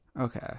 Okay